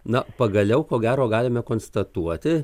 na pagaliau ko gero galime konstatuoti